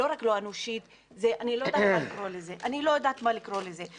לא רק לא אנושית, אני לא יודעת מה לקרוא לזה.